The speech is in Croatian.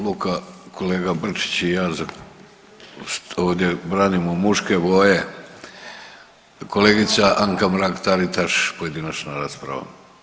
Luka, kolega Brčić i ja .../nerazumljivo/... ovdje branimo muške boje, kolegica Anka Mrak-Taritaš, pojedinačna rasprava.